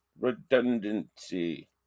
Redundancy